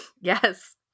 Yes